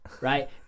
right